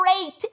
great